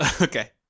Okay